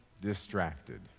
distracted